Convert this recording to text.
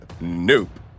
Nope